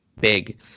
big